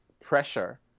pressure